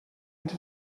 mean